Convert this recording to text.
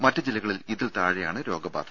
മറ്റ് ജില്ലകളിൽ ഇതിൽ താഴെയാണ് രോഗബാധ